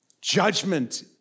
judgment